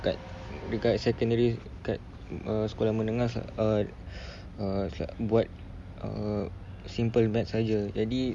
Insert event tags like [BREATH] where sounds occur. dekat dekat secondary dekat uh sekolah menengah uh [BREATH] uh buat err simple maths sahaja jadi